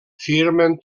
firmen